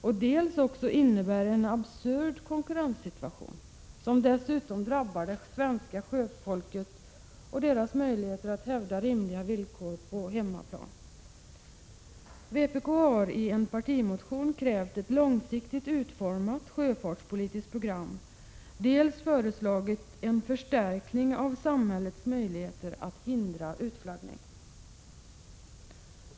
Det innebär också en absurd konkurrenssituation som dessutom drabbar det svenska sjöfolket och dess möjligheter att hävda rimliga villkor på hemmaplan. Vpk harien partimotion dels krävt ett långsiktigt utformat sjöfartspolitiskt program, dels föreslagit en förstärkning av samhällets möjligheter att hindra utflaggning.